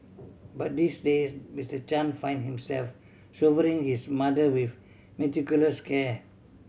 but these days Mister Chan find himself showering his mother with meticulous care